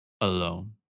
Alone